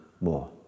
more